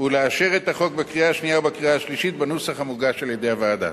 ולאשר את החוק בקריאה שנייה ובקריאה שלישית בנוסח המוגש על-ידי הוועדה.